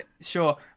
sure